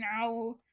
Now